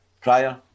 prior